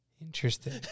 Interesting